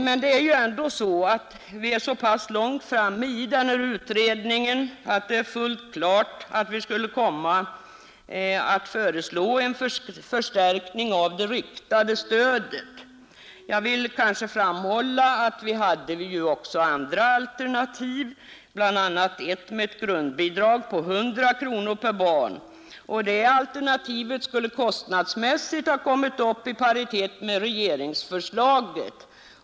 Familjepolitiska kommittén är så pass långt framme med utredningen att det står fullt klart att vi skulle komma att föreslå en förstärkning av det riktade stödet till barnfamiljerna. Men jag vill framhålla att vi också hade andra alternativ än det som presenterats i propostionen, bl.a. ett med ett grundbidrag på 100 kronor per barn. Detta alternativ skulle kostnadsmässigt ha legat i paritet med regeringsförslaget.